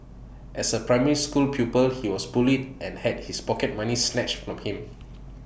as A primary school pupil he was bullied and had his pocket money snatched from him